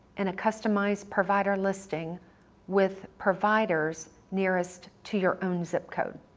and a customized provider listing with providers nearest to your own zip code.